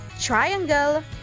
triangle